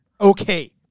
okay